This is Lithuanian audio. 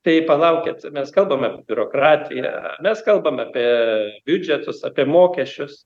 tai palaukit mes kalbam apie biurokratiją mes kalbam apie biudžetus apie mokesčius